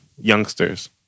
Youngsters